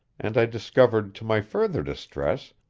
and i discovered, to my further distress,